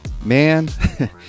man